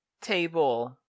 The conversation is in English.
table